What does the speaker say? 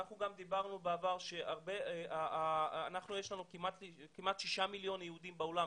אנחנו דיברנו בעבר על כך שיש לנו כמעט שישה מיליון יהודים בעולם,